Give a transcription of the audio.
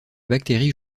bactérie